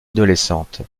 adolescente